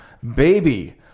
Baby